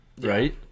Right